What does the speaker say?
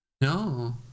No